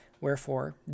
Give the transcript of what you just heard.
Wherefore